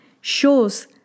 shows